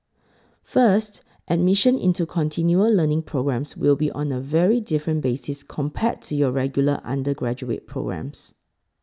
first admission into continual learning programmes will be on a very different basis compared to your regular undergraduate programmes